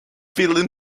feeling